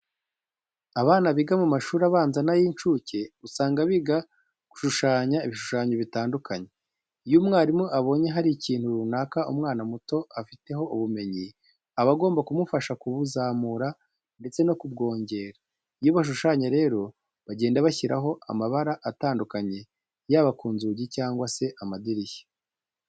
Abana biga mu mashuri abanza n'ay'incuke usanga biga gushushanya ibishushanyo bitandukanye. Iyo umwarimu abonye hari ikintu runaka umwana muto afiteho ubumenyi, aba agomba kumufasha kubuzamura ndetse no kubwongera. Iyo bashushanya rero bagenda bashyiraho amabara atandukanye yaba ku nzugi cyangwa se amadirishya.